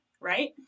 right